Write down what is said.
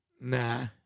Nah